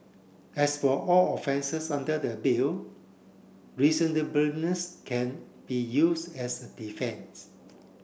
as for all offences under the Bill reasonableness can be used as a defence